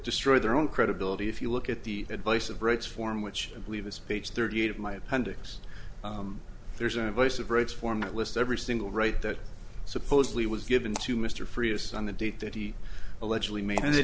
destroyed their own credibility if you look at the advice of rights form which i believe is speech thirty eight of my appendix there's an invoice of rights form that lists every single right that supposedly was given to mr frias on the date that he allegedly made and they